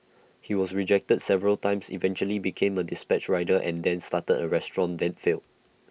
he was rejected several times eventually became A dispatch rider and then started A restaurant then failed